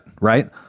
right